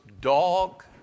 dog